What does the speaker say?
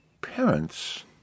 parents